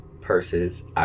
purses